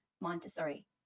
Montessori